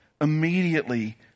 immediately